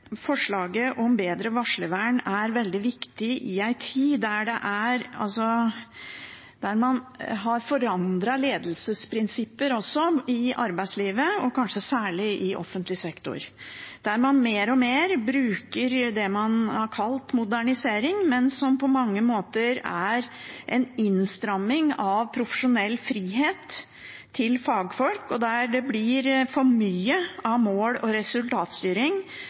forslaget om bedre varslervern er veldig viktig i en tid der man har forandret ledelsesprinsipper også i arbeidslivet, kanskje særlig i offentlig sektor – og der man mer og mer bruker det man har kalt modernisering, men som på mange måter er en innstramming av profesjonell frihet til fagfolk, og der det blir for mye av mål og resultatstyring,